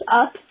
up